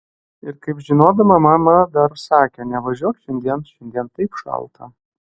ir kaip žinodama mama dar sakė nevažiuok šiandien šiandien taip šalta